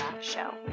Show